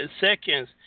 seconds